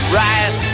right